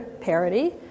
parity